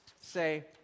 say